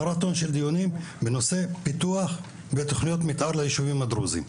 מרתון של דיונים בנושא פיתוח ותוכניות מתאר ליישובים הדרוזים.